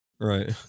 Right